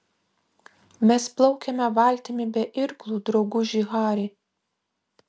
mes plaukiame valtimi be irklų drauguži hari